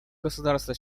государство